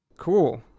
Cool